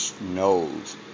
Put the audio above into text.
knows